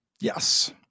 Yes